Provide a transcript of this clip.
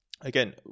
again